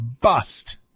bust